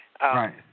Right